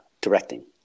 directing